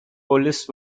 police